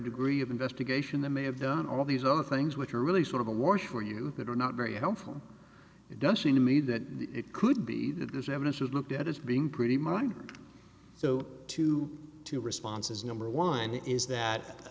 degree of investigation that may have done all these other things which are really sort of a war for you that are not very helpful it does seem to me that it could be good evidence was looked at as being pretty minor so to two responses number one is that